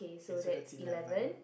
okay that's eleven